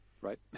right